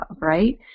right